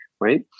right